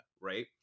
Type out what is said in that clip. right